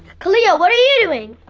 kalia what are you doing?